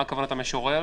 מה כוונת המשורר?